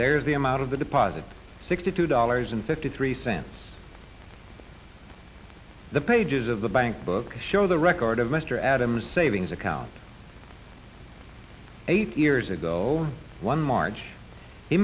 there is the amount of the deposit sixty two dollars and fifty three cents the pages of the bank book show the record of mr adams savings account eight years ago one march he